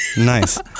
Nice